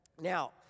now